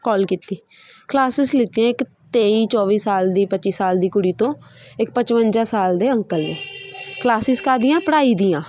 ਕਾਲ ਕੀਤੀ ਕਲਾਸਿਸ ਲਿੱਤੀਆਂ ਇੱਕ ਤੇਈ ਚੌਵੀ ਸਾਲ ਦੀ ਪੱਚੀ ਸਾਲ ਦੀ ਕੁੜੀ ਤੋਂ ਇੱਕ ਪਚਵੰਜਾ ਸਾਲ ਦੇ ਅੰਕਲ ਨੇ ਕਲਾਸਿਸ ਕਾਹਦੀਆਂ ਪੜ੍ਹਾਈ ਦੀਆਂ